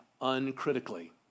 uncritically